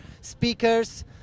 speakers